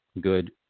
good